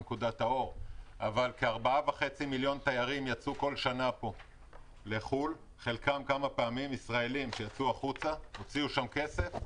שכ-4.5 תיירים ישראלים יצאו לחו"ל והוציאו שם כסף.